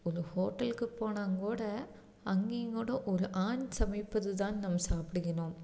ஒரு ஹோட்டலுக்கு போனால் கூட அங்கேயுங் கூட ஒரு ஆண் சமைப்பது தான் நம்ம சாப்பிடுகிறோம்